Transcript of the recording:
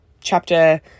chapter